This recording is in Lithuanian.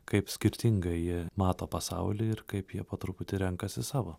kaip skirtingai jie mato pasaulį ir kaip jie po truputį renkasi savo